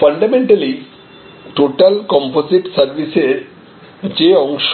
fundamentally total composite সার্ভিসের যে অংশ